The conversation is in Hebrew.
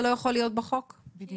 בסך הכול חקיקה כזאת מקובלת גם בדין הכללי.